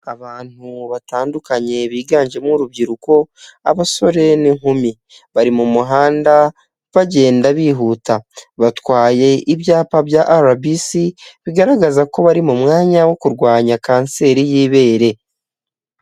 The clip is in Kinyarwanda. Abantu batandukanye biganjemo urubyiruko abasore n'inkumi, bari mu muhanda bagenda bihuta, batwaye ibyapa bya arabisi bigaragaza ko bari mu mwanya wo kurwanya kanseri y'ibere.